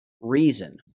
reason